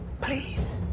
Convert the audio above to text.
Please